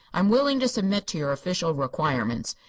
i am willing to submit to your official requirements.